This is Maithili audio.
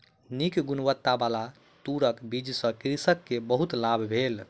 नीक गुणवत्ताबला तूरक बीज सॅ कृषक के बहुत लाभ भेल